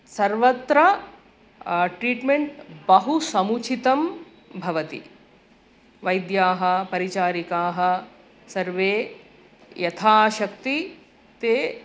सर्वत्र ट्रिट्मेण्ट् बहु समुचितं भवति वैद्याः परिचारिकाः सर्वे यथाशक्तिः ते